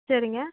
சரிங்க